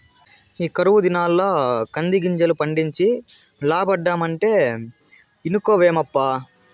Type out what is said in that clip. ఈ కరువు దినాల్ల కందిగింజలు పండించి లాబ్బడమంటే ఇనుకోవేమప్పా